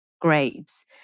grades